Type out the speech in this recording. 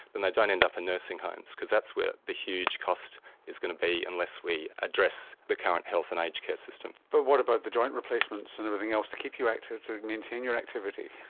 then they don't end up in nursing homes, because that's where the huge cost is going to be unless we address the current health and aged care system. but what about the joint replacements and everything else to keep you active, to maintain your activity?